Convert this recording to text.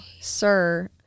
sir